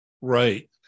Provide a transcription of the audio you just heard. right